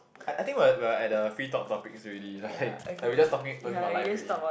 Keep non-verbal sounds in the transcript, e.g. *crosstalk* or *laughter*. I I think we are we are at the free talk topics already like *breath* like we just talking talking about life already